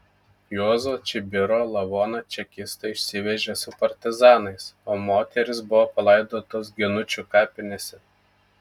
juozo čibiro lavoną čekistai išsivežė su partizanais o moterys buvo palaidotos ginučių kapinėse